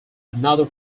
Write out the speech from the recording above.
another